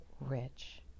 rich